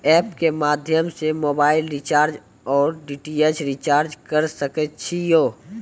App के माध्यम से मोबाइल रिचार्ज ओर डी.टी.एच रिचार्ज करऽ सके छी यो?